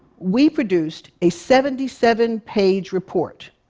we produced a seventy seven page report.